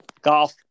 Golf